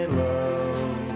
love